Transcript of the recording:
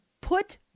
put